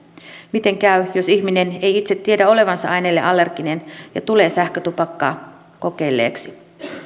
miten käy jos ihminen ei itse tiedä olevansa aineelle allerginen ja tulee sähkötupakkaa kokeilleeksi